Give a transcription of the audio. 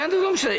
בסדר, לא משנה.